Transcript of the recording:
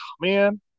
man